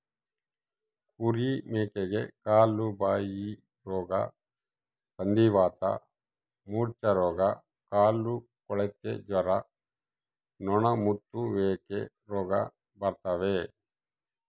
ಕುರಿ ಮೇಕೆಗೆ ಕಾಲುಬಾಯಿರೋಗ ಸಂಧಿವಾತ ಮೂರ್ಛೆರೋಗ ಕಾಲುಕೊಳೆತ ಜ್ವರ ನೊಣಮುತ್ತುವಿಕೆ ರೋಗ ಬರ್ತಾವ